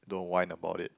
don't whine about it